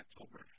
October